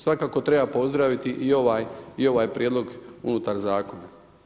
Svakako treba pozdraviti i ovaj prijedlog unutar zakona.